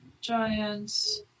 Giants